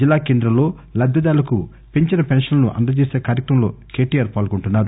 జిల్లా కేంద్రంలో లబ్దిదారులకు పెంచిన పెన్షన్లను అందజేస కార్యక్రమంలో కెటిఆర్ పాల్గొంటున్నారు